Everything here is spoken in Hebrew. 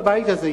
בבית הזה,